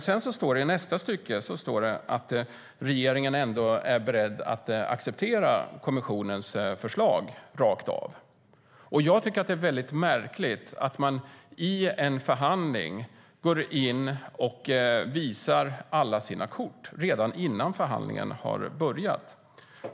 I nästa stycke står det dock att regeringen är beredd att acceptera kommissionens förslag rakt av. Jag tycker att det är märkligt att man i en förhandling går in och visar alla sina kort redan innan förhandlingen har börjat.